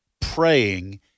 praying